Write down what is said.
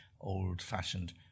old-fashioned